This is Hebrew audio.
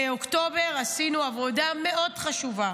באוקטובר עשינו עבודה מאוד חשובה,